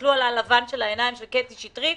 תסתכלו על הלבן בעיניים של קטי שטרית.